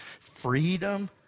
freedom